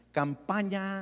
campaña